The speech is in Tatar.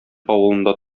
авылында